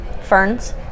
ferns